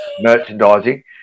merchandising